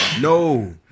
No